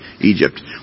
Egypt